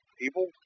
people